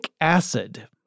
acid